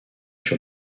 sur